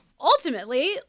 ultimately